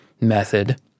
method